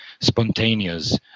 spontaneous